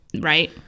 right